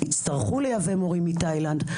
הצטרכו לייבא מורים מתאילנד.